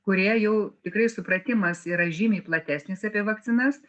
kurie jau tikrai supratimas yra žymiai platesnis apie vakcinas